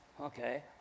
okay